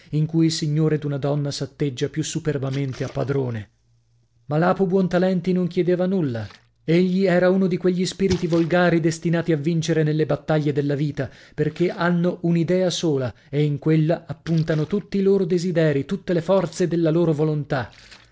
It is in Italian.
in cui il signore d'una donna s'atteggia più superbamente a padrone ma lapo buontalenti non chiedeva nulla egli era uno di quegli spiriti volgari destinati a vincere nelle battaglie della vita perchè hanno un'idea sola e in quella appuntano tutti i loro desiderii tutte le forze della loro volontà